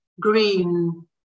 green